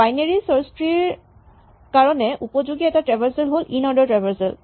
binary search tree ৰ কাৰণে উপযোগী এটা ট্ৰেভাৰছেল হ'ল ইনঅৰ্ডাৰ ট্ৰেভাৰছেল